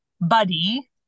buddy